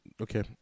okay